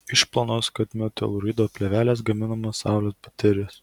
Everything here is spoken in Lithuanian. iš plonos kadmio telūrido plėvelės gaminamos saulės baterijos